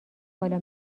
بالا